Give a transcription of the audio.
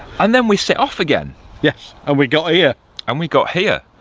and then we set off again yes and we got here and we got here,